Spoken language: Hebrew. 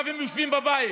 ועכשיו הם יושבים בבית.